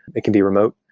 it can be remote.